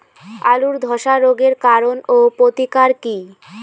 আলুর ধসা রোগের কারণ ও প্রতিকার কি?